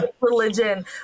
religion